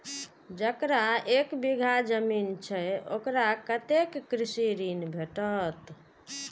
जकरा एक बिघा जमीन छै औकरा कतेक कृषि ऋण भेटत?